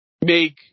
make